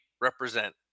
represent